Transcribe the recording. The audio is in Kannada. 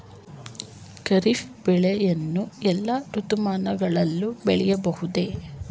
ಖಾರಿಫ್ ಬೆಳೆಯನ್ನು ಎಲ್ಲಾ ಋತುಮಾನಗಳಲ್ಲಿ ಬೆಳೆಯಬಹುದೇ?